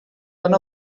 one